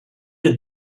did